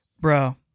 Bro